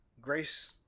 grace